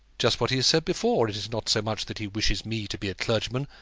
just what he has said before. it is not so much that he wishes me to be clergyman,